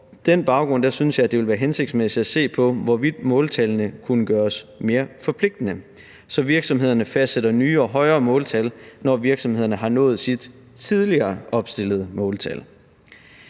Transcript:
den baggrund synes jeg det vil være hensigtsmæssigt at se på, hvorvidt måltallene kunne gøres mere forpligtende, så virksomhederne fastsætter nye og højere måltal, når virksomhederne har nået sit tidligere opstillede måltal.